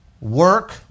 work